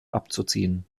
abzuziehen